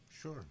Sure